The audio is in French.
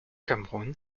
cameroun